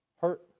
hurt